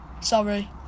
sorry